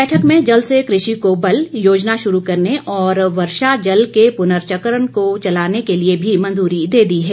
बैठक में जल से कृषि को बल योजना शुरू करने और वर्षा जल के पुनर्चक्रण को चलाने के लिए भी मंजूरी दे दी है